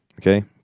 Okay